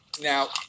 Now